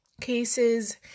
cases